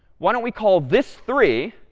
why don't we call this three?